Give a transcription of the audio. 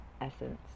essence